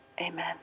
Amen